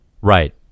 Right